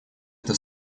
эта